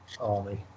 army